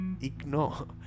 Ignore